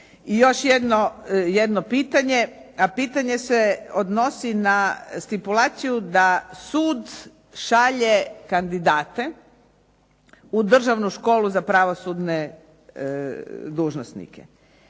I još jedno pitanje, a pitanje se odnosi na stipulaciju da sud šalje kandidate u Državnu školu za pravosudne dužnosnike